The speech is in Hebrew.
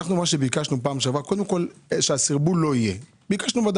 מה שביקשנו פעם שעברה שהסרבול לא יהיה, קודם כל.